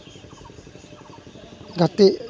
ᱜᱟᱛᱮᱜ